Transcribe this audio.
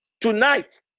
tonight